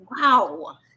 Wow